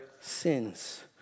sins